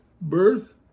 birth